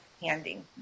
handing